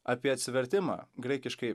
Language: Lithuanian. apie atsivertimą graikiškai